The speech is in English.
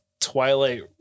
Twilight